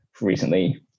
recently